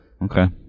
Okay